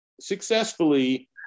successfully